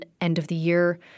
end-of-the-year